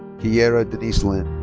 keyera denise lyn.